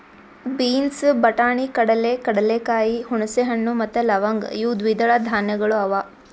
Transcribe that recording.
beans, ಬಟಾಣಿ, ಕಡಲೆ, ಕಡಲೆಕಾಯಿ, ಹುಣಸೆ ಹಣ್ಣು ಮತ್ತ ಲವಂಗ್ ಇವು ದ್ವಿದಳ ಧಾನ್ಯಗಳು ಅವಾ